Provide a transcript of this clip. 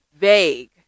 vague